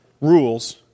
rules